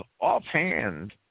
offhand